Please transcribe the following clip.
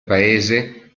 paese